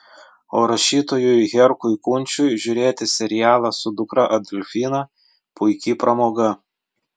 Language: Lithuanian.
o rašytojui herkui kunčiui žiūrėti serialą su dukra adolfina puiki pramoga